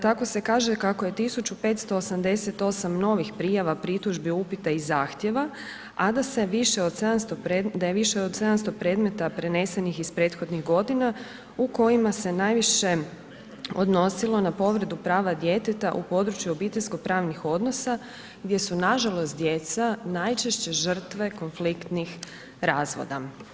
Tako se kaže kako je 1588 novih prijava, pritužbi, upita i zahtjeva a da je više od 700 predmeta prenesenih iz prethodnih godina u kojima se najviše odnosilo na povredu prava djeteta u području obiteljsko pravnih odnosa gdje su nažalost djeca najčešće žrtve konfliktnih razvoda.